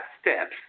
steps